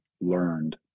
learned